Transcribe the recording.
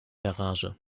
garage